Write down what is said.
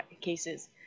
cases